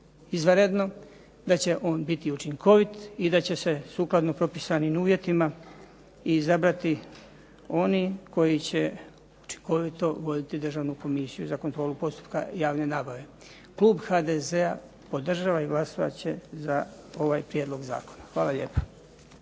izvanredno, da će on biti učinkovit i da će se sukladno propisanim uvjetima izabrati oni koji će učinkovito voditi Državnu komisiju za kontrolu postupka javne nabave. Klub HDZ-a podržava i glasovat će za ovaj prijedlog zakona. Hvala lijepa.